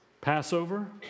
Passover